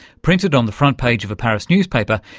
printed on the front-page of a paris newspaper,